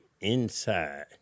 inside